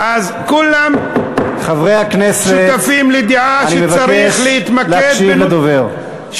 אז כולם, חברי הכנסת, אני מבקש להקשיב לדובר.